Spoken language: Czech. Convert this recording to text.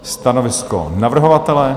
Stanovisko navrhovatele?